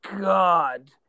God